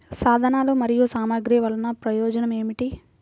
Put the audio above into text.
సాధనాలు మరియు సామగ్రి వల్లన ప్రయోజనం ఏమిటీ?